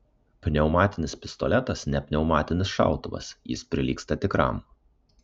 pneumatinis pistoletas ne pneumatinis šautuvas jis prilygsta tikram